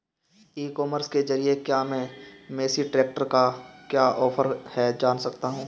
ई commerce के ज़रिए क्या मैं मेसी ट्रैक्टर का क्या ऑफर है जान सकता हूँ?